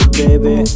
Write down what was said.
baby